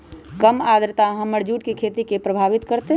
कम आद्रता हमर जुट के खेती के प्रभावित कारतै?